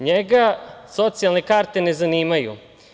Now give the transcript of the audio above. Njega socijalne karte ne zanimaju.